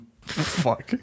fuck